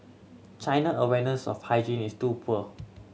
China awareness of hygiene is too poor